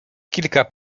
kilka